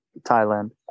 Thailand